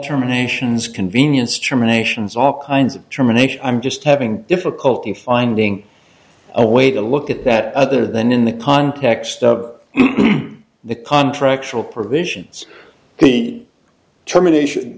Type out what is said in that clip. terminations convenience terminations all kinds of germination i'm just having difficulty finding a way to look at that other than in the context of the contract of provisions the termination